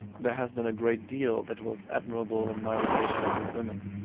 there has been a great deal that was admirable in my relations with women.